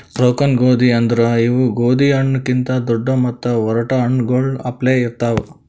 broken ಗೋದಿ ಅಂದುರ್ ಇವು ಗೋದಿ ಹಣ್ಣು ಕಿಂತ್ ದೊಡ್ಡು ಮತ್ತ ಒರಟ್ ಕಣ್ಣಗೊಳ್ ಅಪ್ಲೆ ಇರ್ತಾವ್